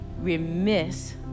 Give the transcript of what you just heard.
remiss